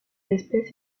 espèce